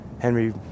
Henry